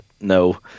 no